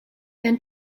and